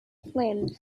flame